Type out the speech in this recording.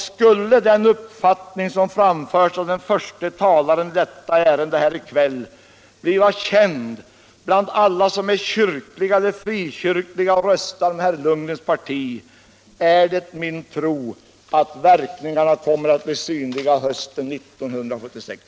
Skulle den uppfattning som framförts av den förste talaren i detta ärende här i kväll bli känd bland alla som är kyrkliga eller frikyrkliga och som röstar med herr Lundgrens parti är det min tro att verkningarna kommer att bli synliga hösten 1976.